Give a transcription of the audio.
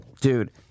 dude